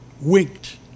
winked